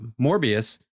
Morbius